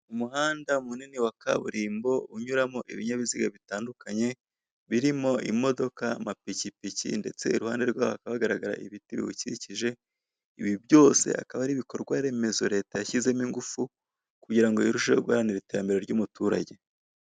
Umuhanda munini wa kaburimbo unyuramo ibinyabiziga itandukanye birimo imodoka, amapikipiki ndetse iruhande rwaho hakaba hagaragara ibiti biwukikije ibi byose akaba ari ibikorwaremezo leta yashyizemo ingufu kugira ngo irusheho guharanira iterambere ry'umuturage.